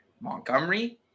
Montgomery